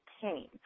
pain